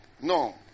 No